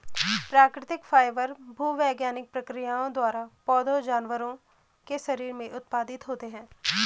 प्राकृतिक फाइबर भूवैज्ञानिक प्रक्रियाओं द्वारा पौधों जानवरों के शरीर से उत्पादित होते हैं